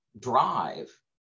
drive